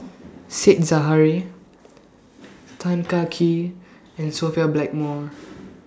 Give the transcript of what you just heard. Said Zahari Tan Kah Kee and Sophia Blackmore